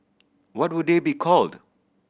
what would they be called